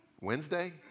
Wednesday